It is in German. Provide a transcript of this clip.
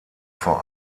vor